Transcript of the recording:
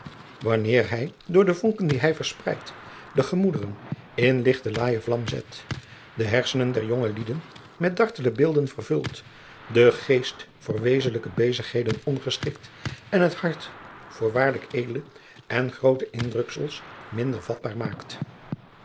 wanneer hij door de vonken die hij verspreidt de gemoederen in lichte laaije vlam zet de hersenen der jonge lieden met dartele beelden vervult den geest voor wezenlijke bezigheden ongeschikt en het hart voor waarlijk edele en groote indruksels minder vatbaar maakt